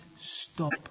stop